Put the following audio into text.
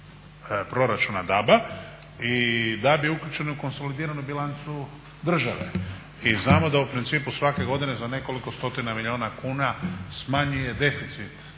proračuna DAB-a i DAB je uključen u konsolidiranu bilancu države. I znao da u principu svake godine za nekoliko stotina milijuna kuna smanjuje deficit